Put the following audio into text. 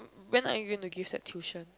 when I going to give set tuition